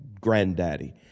granddaddy